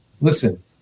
listen